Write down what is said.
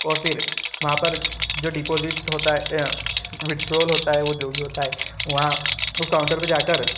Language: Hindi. और फिर वहाँ पर जो डिपॉजिट होता है विड्रॉल होता है वो जो भी होता है वहाँ उस काउंटर पर जाकर